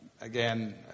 again